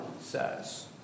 says